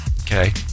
Okay